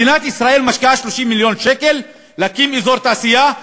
מדינת ישראל משקיעה 30 מיליון שקל להקים אזור תעשייה,